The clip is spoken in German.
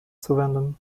zuwenden